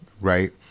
right